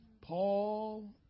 Paul